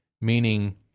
Meaning